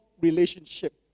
relationship